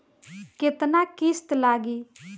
केतना किस्त लागी?